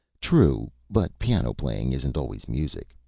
true but piano-playing isn't always music,